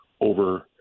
over